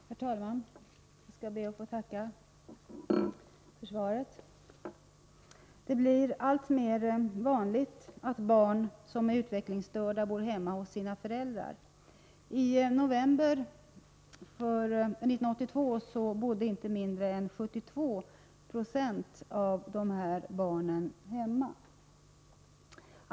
Herr talman! Jag skall be att få tacka för svaret. Det blir alltmer vanligt att barn som är utvecklingsstörda bor hemma hos sina föräldrar. I november 1982 bodde inte mindre än 72 26 av dessa barn hemma.